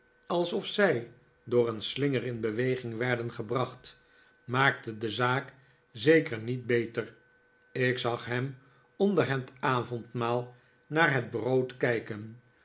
alsof zij door een slinger in beweging werden gebracht maakte de zaak zeker niet beter ik zag hem onder het avondmaal naar het brood kijken